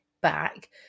back